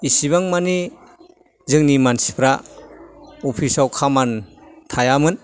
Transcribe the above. इसिबां मानि जोंनि मानसिफ्रा अफिसआव खामान थायामोन